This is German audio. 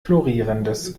florierendes